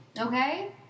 okay